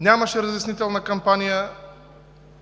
Нямаше разяснителна кампания